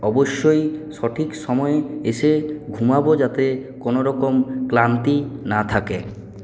অবশ্যই সঠিক সময়ে এসে ঘুমাবো যাতে কোনোরকম ক্লান্তি না থাকে